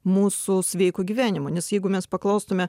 mūsų sveiko gyvenimo nes jeigu mes paklaustume